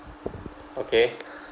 okay